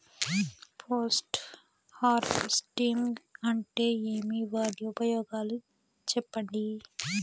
Post harvesting అంటే ఏమి? వాటి ఉపయోగాలు చెప్పండి?